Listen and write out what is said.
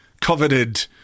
coveted